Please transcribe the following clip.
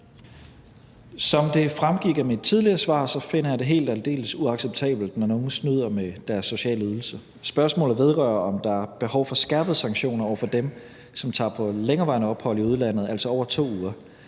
Som det fremgik af mit tidligere svar, finder jeg det helt og aldeles uacceptabelt, når nogle snyder med deres sociale ydelser. Spørgsmålet vedrører, om der er behov for skærpede sanktioner over for dem, som tager på et længerevarende ophold i udlandet, altså over 2 uger.